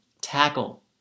tackle